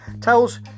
tells